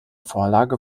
vorlage